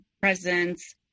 presence